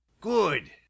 good